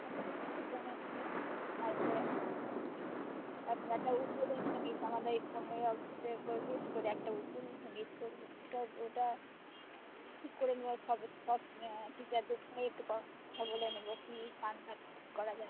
আচ্ছা সেটা নয় হলো তার পরে হ্যাঁ তারপর একটা উদ্বোধন সংগীত আমাদের এই পনেরোই আগস্টের উপর বেস করে একটা উদ্বোধন সংগীত করব ওটা তো ওটা ঠিক করে নেব সব সব টিচারদের সঙ্গেই একটু কথা বলে নেব কী গানটা ঠিক করা যায়